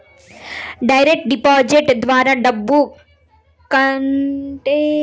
direct deposit ద్వారా డబ్బు కట్టేవాడు నేరుగా బ్యాంకులో కట్టొచ్చు